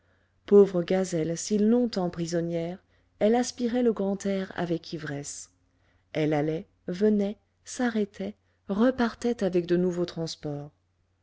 pauvre gazelle si longtemps prisonnière elle aspirait le grand air avec ivresse elle allait venait s'arrêtait repartait avec de nouveaux transports